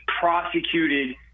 prosecuted